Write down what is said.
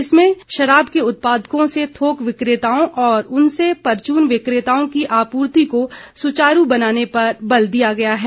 इसमें शराब के उत्पादकों से थोक विक्रेताओं और उनसे परचून विक्रेताओं की आपूर्ति को सुचारू बनाने पर बल दिया गया है